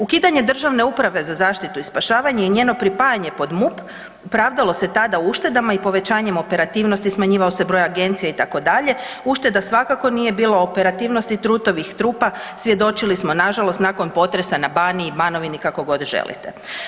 Ukidanje Državne uprave za zaštitu i spašavanje i njeno pripajanje pod MUP pravdalo se tada uštedama i povećanjem operativnosti, smanjivao se broj agencija itd., ušteda svakako nije bilo, operativnosti Trutovih trupa svjedočili smo nažalost nakon potresa na Baniji, Banovini kako god želite.